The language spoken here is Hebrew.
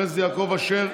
חבר הכנסת יעקב אשר,